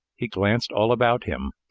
he glanced all about him,